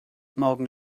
morgen